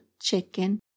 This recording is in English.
chicken